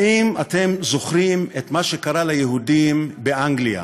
האם אתם זוכרים את מה שקרה ליהודים באנגליה